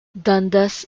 dundas